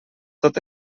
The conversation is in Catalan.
tot